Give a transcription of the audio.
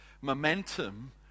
momentum